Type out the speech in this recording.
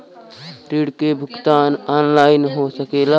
ऋण के भुगतान ऑनलाइन हो सकेला?